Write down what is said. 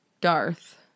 Darth